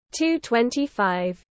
2.25